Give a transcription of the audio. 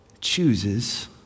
chooses